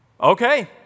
Okay